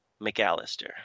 McAllister